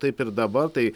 taip ir dabar tai